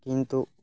ᱠᱤᱱᱛᱩ